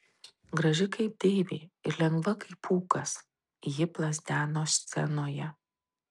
graži kaip deivė ir lengva kaip pūkas ji plazdeno scenoje